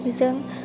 जों